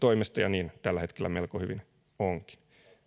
toimesta ja niin tällä hetkellä melko hyvin onkin